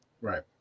Right